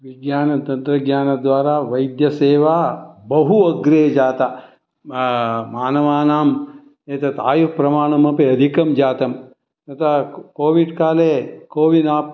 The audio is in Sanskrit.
विज्ञानतन्त्रज्ञानद्वारा वैद्यसेवा बहु अग्रे जाता मानवानाम् एतत् आयुःप्रमाणमपि अधिकं जातं अतः कोविड् काले कोविन् आप्